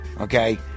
Okay